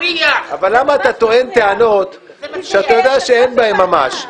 למה אתה טוען טענות שאתה יודע שאין בהן ממש?